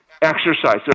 Exercise